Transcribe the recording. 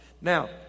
now